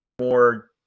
more